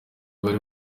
bari